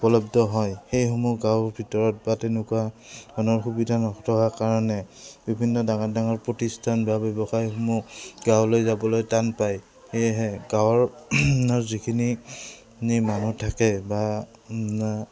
উপলব্ধ হয় সেইসমূহ গাঁৱৰ ভিতৰত বা তেনেকুৱা ধৰণৰ সুবিধা নথকা কাৰণে বিভিন্ন ডাঙৰ ডাঙৰ প্ৰতিষ্ঠান বা ব্যৱসায়সমূহ গাঁৱলৈ যাবলৈ টান পায় সেয়েহে গাঁৱৰ যিখিন নি মানুহ থাকে বা